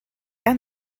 and